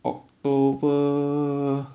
october